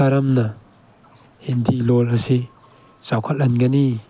ꯀꯔꯝꯅ ꯍꯤꯟꯗꯤ ꯂꯣꯟ ꯑꯁꯤ ꯆꯥꯎꯈꯠꯍꯟꯒꯅꯤ